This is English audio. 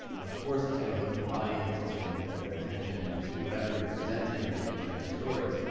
of course, it's going to hook the audience. it's going to get their attention to whatever you're presenting or even sharing stories.